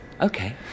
Okay